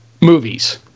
movies